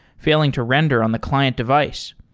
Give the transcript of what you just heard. failing to render on the client device.